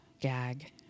gag